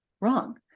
wrong